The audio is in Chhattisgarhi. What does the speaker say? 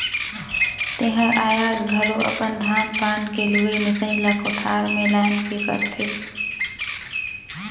तेहर आयाज घलो अपन धान पान के लुवई मिसई ला कोठार में लान के करथे